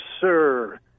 sir